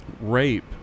rape